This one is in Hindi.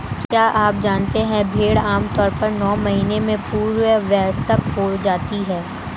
क्या आप जानते है भेड़ आमतौर पर नौ महीने में पूर्ण वयस्क हो जाती है?